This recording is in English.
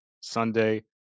Sunday